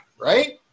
right